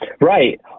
Right